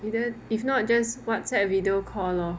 and then if not just WhatsApp video call lor